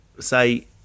say